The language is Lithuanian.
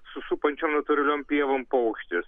su supančiom natūraliom pievom paukštis